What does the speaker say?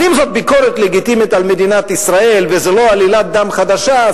אז אם זאת ביקורת לגיטימית על מדינת ישראל וזו לא עלילת דם חדשה,